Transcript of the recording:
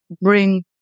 bring